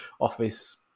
Office